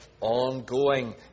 ongoing